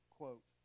quote